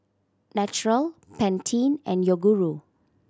Naturel Pantene and Yoguru